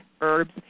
herbs